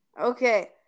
Okay